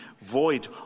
void